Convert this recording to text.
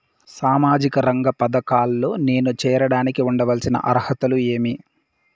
సామాజిక రంగ పథకాల్లో నేను చేరడానికి ఉండాల్సిన అర్హతలు ఏమి?